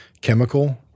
chemical